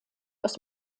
aus